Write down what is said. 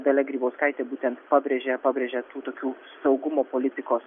dalia grybauskaitė būtent pabrėžė pabrėžė tų tokių saugumo politikos